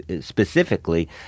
specifically